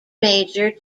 major